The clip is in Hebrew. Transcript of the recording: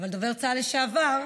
כדובר צה"ל לשעבר.